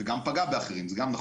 וגם פגע באחרים, זה גם נכון,